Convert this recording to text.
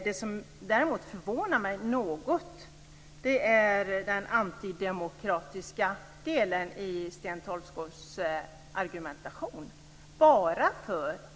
Det som däremot förvånar mig något är den antidemokratiska delen i Sten Tolgfors argumentation.